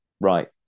right